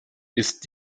ist